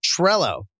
Trello